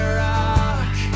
rock